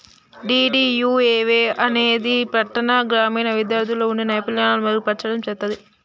DDUAY అనేది పట్టాణ, గ్రామీణ విద్యార్థుల్లో వుండే నైపుణ్యాలను మెరుగుపర్చడం చేత్తది